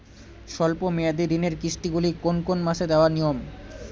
স্বল্প মেয়াদি ঋণের কিস্তি গুলি কোন কোন মাসে দেওয়া নিয়ম?